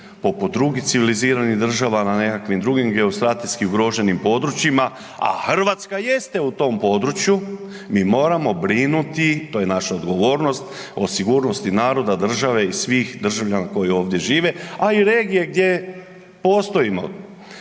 poput drugih civiliziranih država na nekim drugim geostrateškim ugroženim područjima, a Hrvatska jeste u tom području. Mi moramo brinuti, to je naša odgovornost o sigurnosti naroda, države i svih državljana koji ovdje žive a i regije gdje postojimo